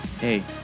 hey